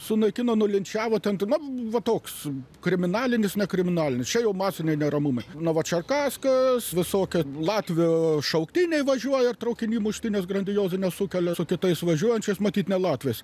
sunaikino nulinčiavo ten tu na va toks kriminalinis nekriminalinis čia jau masiniai neramumai novočerkasko visokio latvių šauktiniai važiuoja traukiny muštynes grandiozines sukelia su kitais važiuojančiais matyt ne latvijos